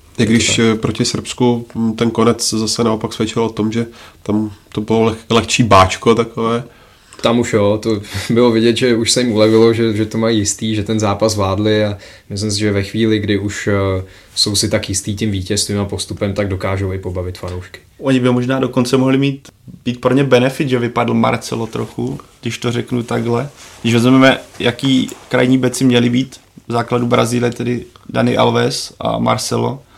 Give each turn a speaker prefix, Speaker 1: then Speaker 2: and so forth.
Speaker 1: Jak když,
Speaker 2: Tak.
Speaker 1: e, proti Srbsku, m, ten konec zase naopak svědčil o tom, že tam to bylo leh- lehčí báčko takové.
Speaker 2: Tam už jo, to bylo vidět, že už se jim ulevilo, že- že to mají jistý, že ten zápas vládli a myslím si, že ve chvíli, kdy už, e, jsou si tak jistý tím vítězstvím a postupem, tak dokážou i pobavit fanoušky.
Speaker 3: Oni by možná dokonce mohli mít- být pro ně benefit, že vypadl Marcelo trochu, když to řeknu takhle. Když vezmeme, jaký krajní beci měli být v základu Brazílie, tedy Dani Alves a Marcelo,